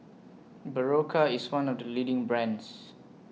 Berocca IS one of The leading brands